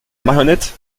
marionnette